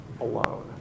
alone